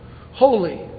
Holy